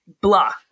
blah